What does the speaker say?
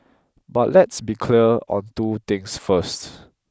but let's be clear on two things first